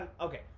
Okay